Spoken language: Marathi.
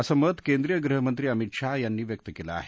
असं मत केंद्रिय गृहमंत्री अमित शाह यांनी व्यक्त केलं आहे